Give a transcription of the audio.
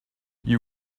you